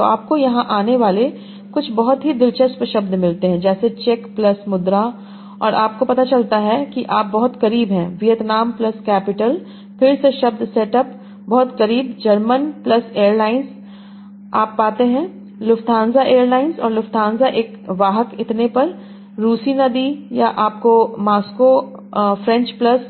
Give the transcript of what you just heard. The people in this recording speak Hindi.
और आपको यहां आने वाले कुछ बहुत ही दिलचस्प शब्द मिलते हैं जैसे चेक प्लस मुद्रा और आपको पता चलता है कि आप बहुत करीब है वियतनाम प्लस कैपिटल फिर से शब्द सेट अप बहुत करीब जर्मन प्लस एयरलाइंस आप पाते हैं लुफ्थांसा एयरलाइन और लुफ्थांसा एक वाहक इतने पर रूसी नदी या आपको मास्को फ्रेंच प्लस